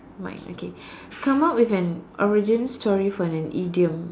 mine okay come up with an origin story for an idiom